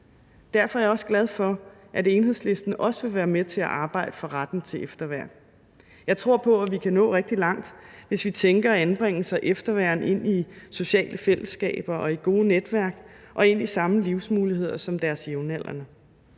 Derfor er jeg også glad for, at Enhedslisten vil være med til at arbejde for retten til efterværn. Jeg tror på, at vi kan nå rigtig langt, hvis vi tænker anbringelser og efterværn ind i sociale fællesskaber og i gode netværk og ind i de samme livsmuligheder som deres jævnaldrende.